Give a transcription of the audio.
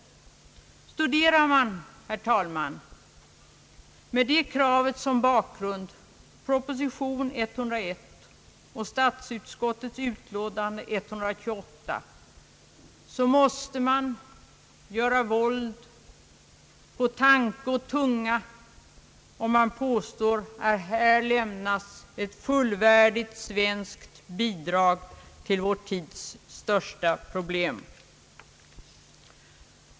Studerar man, herr talman, med det kravet som bakgrund proposition nr 101 och statsutskottets utlåtande nr 128, så måste man göra våld på tanke och tunga för att kunna påstå, att här lämnas ett fullvärdigt svenskt bidrag till vår tids största problem.